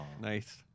Nice